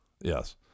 Yes